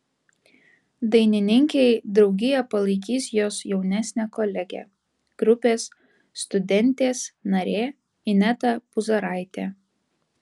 dainininkei draugiją palaikys jos jaunesnė kolegė grupės studentės narė ineta puzaraitė